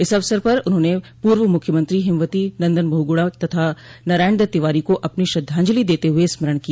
इस अवसर पर उन्होंने पूर्व मुख्यमंत्री हेमवती नन्दन बहुगुणा तथा नारायण दत्त तिवारी को अपनी श्रद्वाजंलि देते हुए स्मरण किया